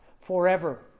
forever